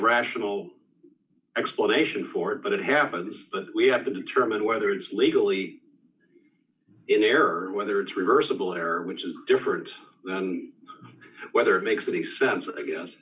rational explanation for it but it happens but we have to determine whether it's legally in error or whether it's reversible error which is different whether makes any sense i guess